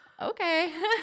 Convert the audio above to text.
Okay